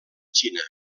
xina